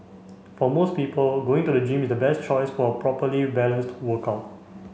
for most people going to a gym is the best choice for a properly balanced workout